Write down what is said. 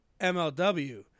MLW